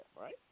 right